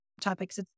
topics